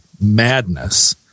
madness